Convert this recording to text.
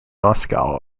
moscow